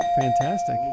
Fantastic